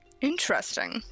Interesting